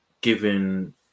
given